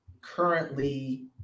currently